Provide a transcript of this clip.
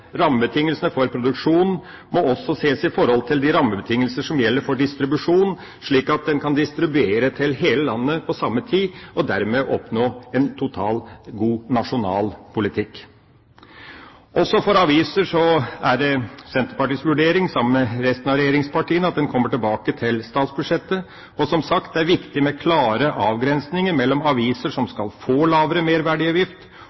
Rammebetingelsene for produksjon må også ses i sammenheng med de rammebetingelser som gjelder for distribusjon, slik at en kan distribuere til hele landet på samme tid, og dermed oppnå en total og god nasjonal politikk. Når det gjelder aviser, er det Senterpartiets og resten av regjeringspartienes vurdering at en kommer tilbake til dette i statsbudsjettet. Og som sagt: Det er viktig med klare avgrensninger mellom aviser som